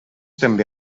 també